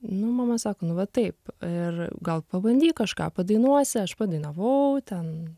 nu mama sako nu va taip ir gal pabandyt kažką padainuosi aš padainavau ten